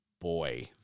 boy